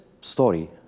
story